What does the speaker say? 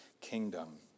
kingdom